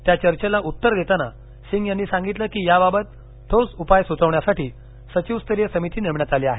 त्या चर्चेला उत्तर देताना सिंह यांनी सांगितलं की याबाबत ठोस उपाय सुचवण्यासाठी सचीवस्तरीय समिती नेमण्यात आली आहे